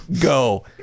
Go